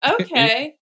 Okay